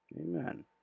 amen